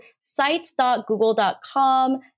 sites.google.com